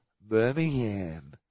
Birmingham